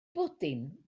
bwdin